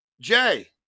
Jay